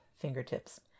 fingertips